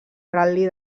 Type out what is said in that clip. ral·li